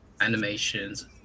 animations